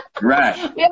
Right